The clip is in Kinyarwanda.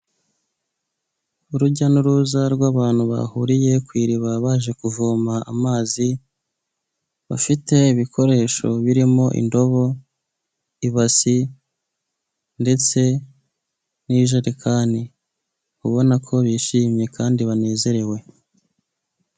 Urujya n'uruza rw'abantu bahuriye ku iriba baje kuvoma amazi bafite ibikoresho birimo indobo ibasi ndetse n'ijerekani, ubono ko ko bishimye kandi banezerewe.